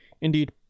Indeed